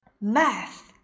math